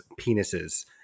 penises